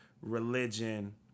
religion